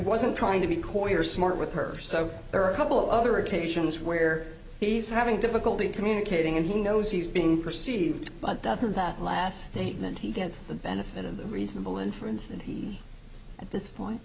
wasn't trying to be coy or smart with her so there are a couple other occasions where he's having difficulty communicating and he knows he's being perceived but doesn't that last statement he didn't see the benefit of the reasonable inference that at this point